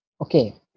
Okay